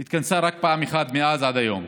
והיא התכנסה רק פעם אחת מאז ועד היום,